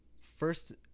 first